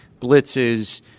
blitzes